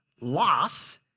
loss